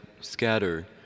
scatter